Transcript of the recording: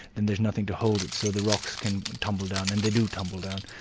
then there's nothing to hold it, so the rocks can tumble down. and they do tumble down.